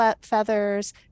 feathers